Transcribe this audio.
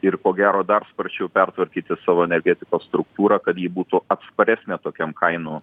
ir ko gero dar sparčiau pertvarkyti savo energetikos struktūrą kad ji būtų atsparesnė tokiam kainų